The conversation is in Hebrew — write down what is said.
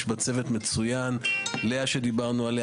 יש בה צוות מצוין: לאה שדיברנו עליה,